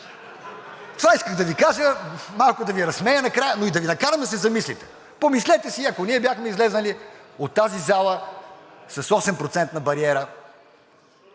Това исках да ви кажа, малко да Ви разсмея накрая, но и да Ви накарам да се замислите. Помислете си, ако бяхме излезли от тази зала с 8-процентна бариера…